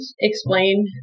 explain